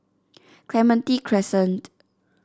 Clementi Crescent